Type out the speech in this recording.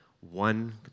one